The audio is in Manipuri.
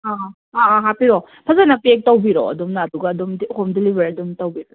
ꯑꯥ ꯑꯑꯥ ꯍꯥꯞꯄꯤꯔꯛꯑꯣ ꯐꯖꯅ ꯄꯦꯛ ꯇꯧꯕꯤꯔꯛꯑꯣ ꯑꯗꯣꯝꯅ ꯑꯗꯨꯒ ꯑꯗꯨꯝ ꯍꯣꯝ ꯗꯤꯂꯤꯕꯔꯤ ꯑꯗꯨꯝ ꯇꯧꯕꯤꯔꯛꯑꯣ